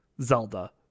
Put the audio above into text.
Zelda